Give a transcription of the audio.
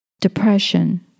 depression